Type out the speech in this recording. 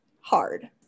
hard